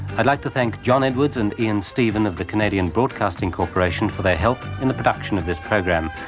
i'd like to thank john edwards and ian steven of the canadian broadcasting corporation for their help in the production of this program,